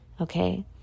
Okay